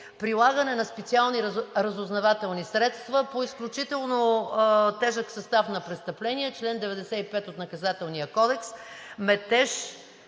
прилагане на специални разузнавателни средства по изключително тежък състав на престъпление – чл. 95 от Наказателния кодекс, метеж,